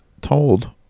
told